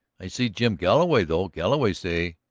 i see jim galloway though. galloway say,